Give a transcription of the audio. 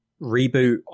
reboot